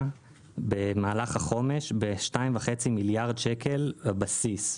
במהלך החומש ב-2.5 מיליארד שקל בבסיס.